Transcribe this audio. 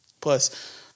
Plus